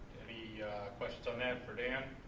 any questions on that for dan?